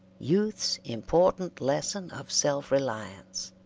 youth's important lesson of self-reliance.